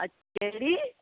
अछा कहिड़ी